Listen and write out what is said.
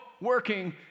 working